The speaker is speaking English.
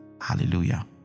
hallelujah